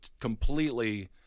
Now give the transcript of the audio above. completely